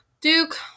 Duke